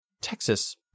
Texas